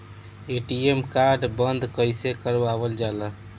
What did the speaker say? ATM card बन्द कईसे करावल जाला?